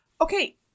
okay